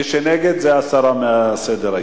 מי שנגד זה הסרה מסדר-היום.